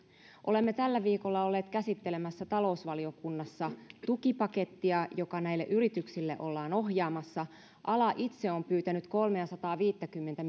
olemme tällä viikolla olleet käsittelemässä talousvaliokunnassa tukipakettia joka näille yrityksille ollaan ohjaamassa ala itse on pyytänyt kolmeasataaviittäkymmentä